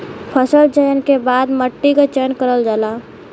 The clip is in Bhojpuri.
फसल चयन के बाद मट्टी क चयन करल जाला